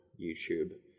YouTube